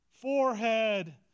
forehead